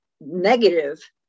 negative